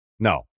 No